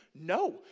No